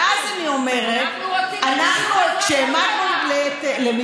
ואז אני אומרת, אנחנו רוצים את שיעור האזרחות שלך.